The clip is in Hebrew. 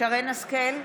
שרן מרים השכל,